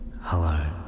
Hello